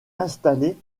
installer